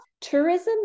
Tourism